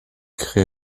crée